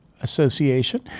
Association